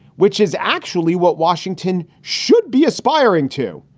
which is actually what washington should be aspiring to.